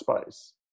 space